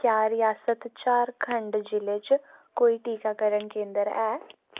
क्या रियासत झारखंड जि'ले च कोई टीकाकरण केंदर ऐ